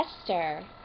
esther